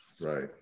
right